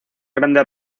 grandes